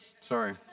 sorry